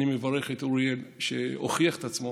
אני מברך את אוריאל, שהוכיח את עצמו.